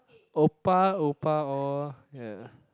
oppa oppa all ya